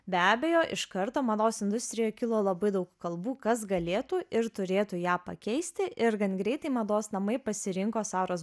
be abejo iš karto mados industrijoje kilo labai daug kalbų kas galėtų ir turėtų ją pakeisti ir gan greitai mados namai pasirinko saros